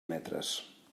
metres